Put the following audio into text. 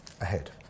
ahead